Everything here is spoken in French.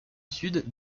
sud